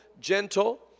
gentle